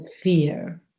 fear